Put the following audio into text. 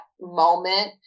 moment